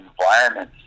environments